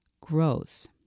grows